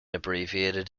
abbreviated